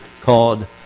called